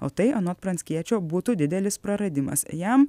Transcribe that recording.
o tai anot pranckiečio būtų didelis praradimas jam